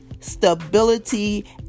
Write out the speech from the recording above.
Stability